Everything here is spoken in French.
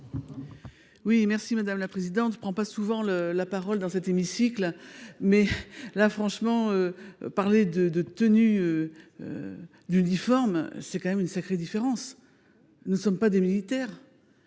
Oui merci madame la présidente prend pas souvent le la parole dans cet hémicycle mais là franchement. Parler de de tenue. D'uniforme, c'est quand même une sacrée différence. Nous ne sommes pas des militaires.